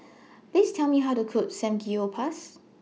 Please Tell Me How to Cook Samgeyopsal